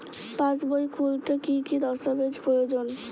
পাসবই খুলতে কি কি দস্তাবেজ প্রয়োজন?